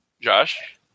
Josh